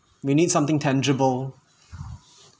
we need something tangible